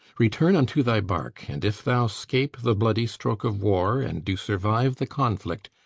return unto thy bark and if thou scape the bloody stroke of war and do survive the conflict,